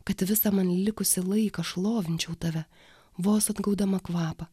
kad visą man likusį laiką šlovinčiau tave vos atgaudama kvapą